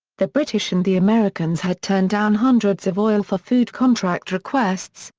the british and the americans had turned down hundreds of oil-for-food contract requests,